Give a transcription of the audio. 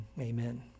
Amen